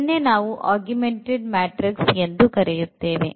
ಇದನ್ನೇ ನಾವು augmented matrix ಎಂದು ಕರೆಯುತ್ತೇವೆ